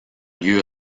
lieu